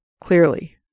clearly